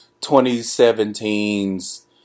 2017's